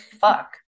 Fuck